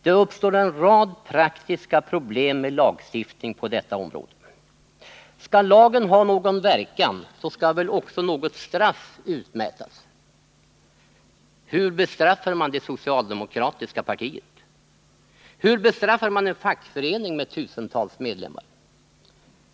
Det uppstår en rad praktiska problem med lagstiftning på detta område. Skall lagen ha någon verkan, så skall väl också något straff utmätas. Hur bestraffar man det socialdemokratiska partiet? Hur bestraffar man en fackförening med tusentals medlemmar?